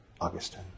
Augustine